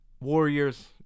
Warriors